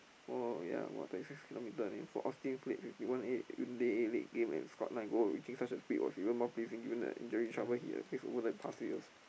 oh ya for Austin played fifty one eight and scored nine goal reaching such a speed what's even more pleasing during the injury over the past few years